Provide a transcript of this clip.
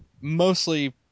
Mostly